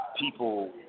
people